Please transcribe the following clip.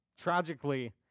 Tragically